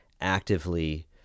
actively